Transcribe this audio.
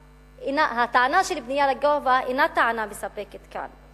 הטענה של בנייה לגובה אינה טענה מספקת כאן,